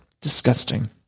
Disgusting